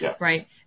right